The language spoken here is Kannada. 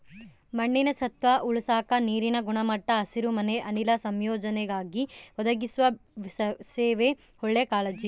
ಮಣ್ಣಿನ ಸತ್ವ ಉಳಸಾಕ ನೀರಿನ ಗುಣಮಟ್ಟ ಹಸಿರುಮನೆ ಅನಿಲ ಸಂಯೋಜನೆಗಾಗಿ ಒದಗಿಸುವ ಸೇವೆ ಒಳ್ಳೆ ಕಾಳಜಿ